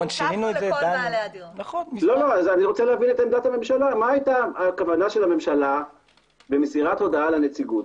אני רוצה לדעת מה היתה כוונת הממשלה במסירת הודעה לנציגות?